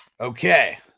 Okay